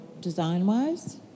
design-wise